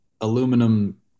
aluminum